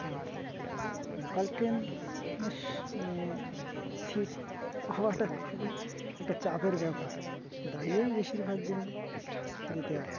আর local train বেশ মানে seat হওয়াটা খুবই একটা চাপের ব্যাপার দাঁড়িয়েই বেশিরভাগ দিন যেতে হয়